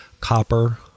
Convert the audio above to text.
copper